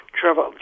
Trevor